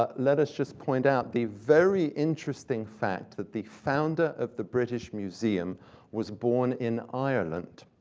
ah let us just point out the very interesting fact that the founder of the british museum was born in ireland,